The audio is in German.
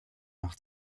nach